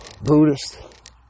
Buddhist